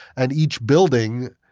and each building,